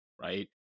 right